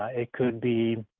ah it could be